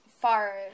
far